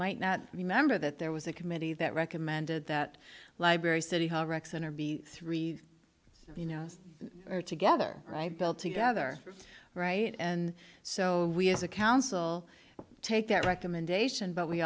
might not remember that there was a committee that recommended that library city hall rec center be three are together right bill together right and so we as a council take that recommendation but we